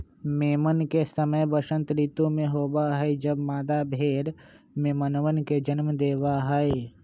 मेमन के समय वसंत ऋतु में होबा हई जब मादा भेड़ मेमनवन के जन्म देवा हई